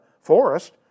forest